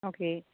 okay